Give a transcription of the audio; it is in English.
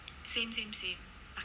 same same same